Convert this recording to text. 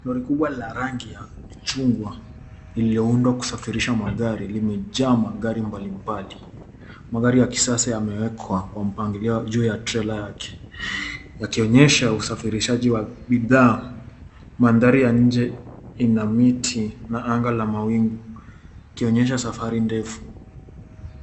Lori kubwa ya rangi ya chungwa lililoundwa kusafirisha magari limejaa magari mbalimbali. Magari ya kisasa yamewekwa kwa mpangilio juu ya trela yake, yakionyesha usafirishaji wa bidhaa. Mandhari ya nje ina miti na anga la mawingu likionyesha safari ndefu.